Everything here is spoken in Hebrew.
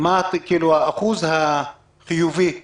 מה אחוז האנשים שנמצאו חיוביים לנגיף?